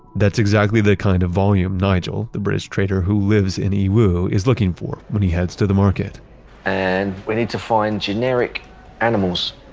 that's exactly the kind of volume nigel, the british trader who lives in yiwu, is looking for, when he heads to the market and we need to find generic animals.